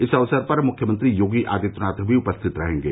इस अवसर पर मुख्यमंत्री योगी आदित्यनाथ भी उपस्थित रहेंगे